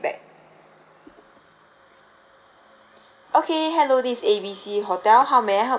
okay hello this is A B C hotel how may I help you